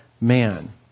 man